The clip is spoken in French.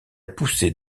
poussée